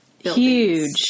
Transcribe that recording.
Huge